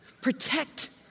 protect